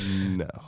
No